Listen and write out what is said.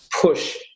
push